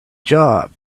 job